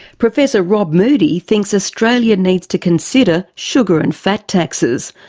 professor rob moodie thinks australia needs to consider sugar and fat taxes.